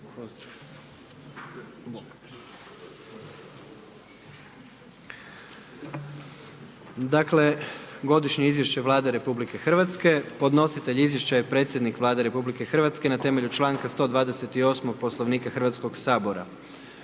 Dakle, Godišnje izvješće Vlade RH, podnositelj izvješća je predsjednik Vlade RH na temelju članka 128. Poslovnika Hrvatskog sabora.